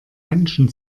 menschen